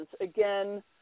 again